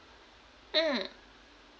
mm